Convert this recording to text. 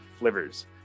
Flivers